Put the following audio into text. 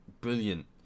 brilliant